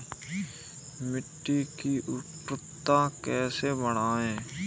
मिट्टी की उर्वरता कैसे बढ़ाएँ?